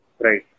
Right